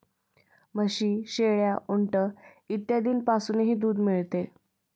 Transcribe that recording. म्हशी, शेळ्या, उंट इत्यादींपासूनही दूध मिळते